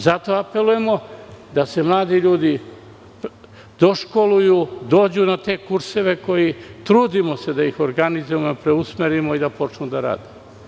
Zato apelujemo da se mladi ljudi doškoluju, dođu na te kurseve za koje se trudimo da ih organizujemo, da ih preusmerimo i da počnu da rade.